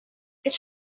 its